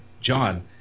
John